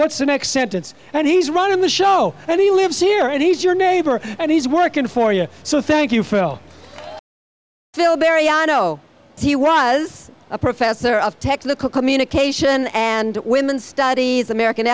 what's the next sentence and he's running the show and he lives here and he's your neighbor and he's working for you so thank you phil phil barrie i know he was a professor of technical communication and women's studies american